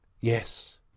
yes